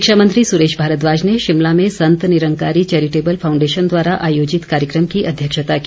शिक्षा मंत्री सुरेश भारद्वाज ने शिमला में संत निरंकारी चैरिटेबल फांउडेशन द्वारा आयोजित कार्यक्रम की अध्यक्षता की